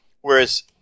Whereas